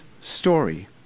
story